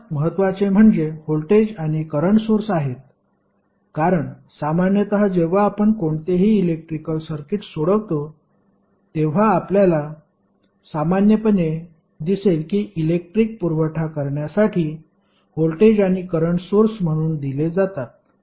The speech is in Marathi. सर्वात महत्वाचे म्हणजे व्होल्टेज आणि करंट सोर्स आहेत कारण सामान्यत जेव्हा आपण कोणतेही इलेक्ट्रिकल सर्किट सोडवतो तेव्हा आपल्याला सामान्यपणे दिसेल की इलेक्ट्रिक पुरवठा करण्यासाठी व्होल्टेज आणि करंट सोर्स म्हणून दिले जातात